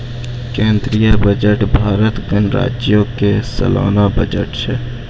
केंद्रीय बजट भारत गणराज्यो के सलाना बजट छै